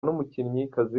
n’umukinnyikazi